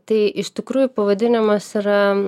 tai iš tikrųjų pavadinimas yra